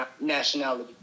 nationality